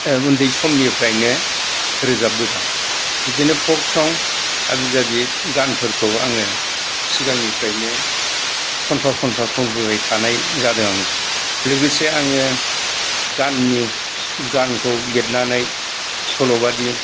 उन्दै समनिफ्रायनो रोजाबबोदों बिदिनो फलक सं आबि जाबि गानफोरखौ आङो सिगांनिफ्रायनो खनफा खनफा खनबोबाय थानाय जादों आङो लोगोसे आङो गाननि गानखौ लिरनानै सल'बादि